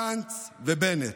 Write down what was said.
גנץ ובנט.